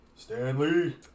Stanley